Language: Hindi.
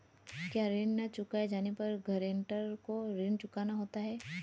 क्या ऋण न चुकाए जाने पर गरेंटर को ऋण चुकाना होता है?